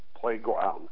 playground